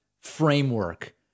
framework